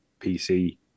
PC